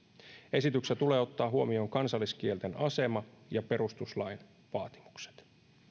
esityksessä tulee ottaa huomioon kansalliskielten asema ja perustuslain vaatimukset